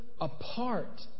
apart